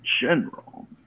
General